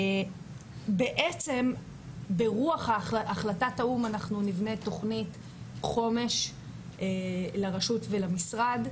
בעצם ברוח החלטת האו"ם אנחנו נבנה תכנית חומש לרשות ולמשרד,